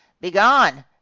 begone